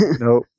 no